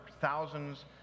thousands